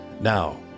Now